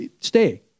stay